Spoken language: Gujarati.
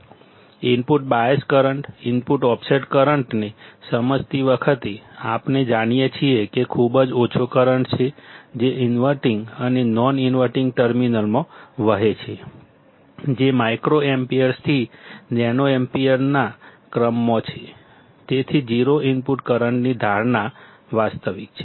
input bias current input offset કરન્ટને સમજતી વખતે આપણે જાણીએ છીએ કે ખૂબ જ ઓછો કરંટ છે જે ઇન્વર્ટીંગ અને નોન ઇન્વર્ટીંગ ટર્મિનલ્સમાં વહે છે જે માઇક્રોએમ્પ્સ થી નેનોએમ્પ્સના ક્રમમાં છે તેથી 0 ઇનપુટ કરંટની ધારણા વાસ્તવિક છે